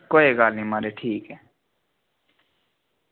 कोई गल्ल निं म्हाराज ठीक ऐ